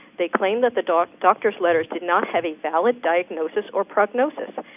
they claim that the doctor's letters did not have a valid diagnosis or prognosis.